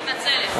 מתנצלת.